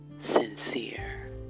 sincere